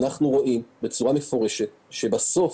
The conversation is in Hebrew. אנחנו רואים בצורה מפורשת שבסוף,